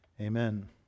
amen